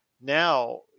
now